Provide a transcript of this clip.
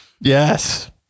Yes